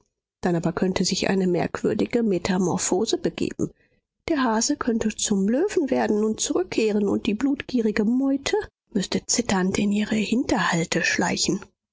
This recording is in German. dann aber könnte sich eine merkwürdige metamorphose begeben der hase könnte zum löwen werden und zurückkehren und die blutgierige meute müßte zitternd in ihre hinterhalte schleichen